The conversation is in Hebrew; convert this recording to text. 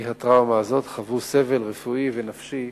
מהטראומה הזאת חוו סבל רפואי ונפשי